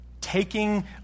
taking